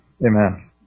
Amen